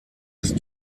ist